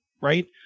right